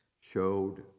showed